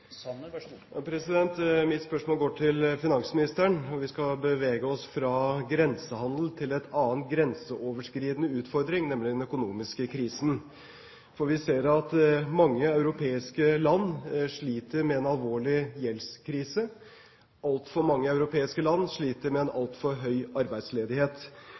grensehandel til en annen grenseoverskridende utfordring, nemlig den økonomiske krisen. Vi ser at mange europeiske land sliter med en alvorlig gjeldskrise. Altfor mange europeiske land sliter med en altfor høy arbeidsledighet.